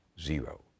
zero